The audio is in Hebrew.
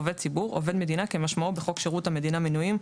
"עובד ציבור" עובד מדינה כמשמעותו בחוק שירות המדינה (מינויים),